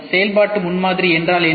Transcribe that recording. செயல்பாட்டு முன்மாதிரி என்றால் என்ன